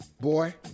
boy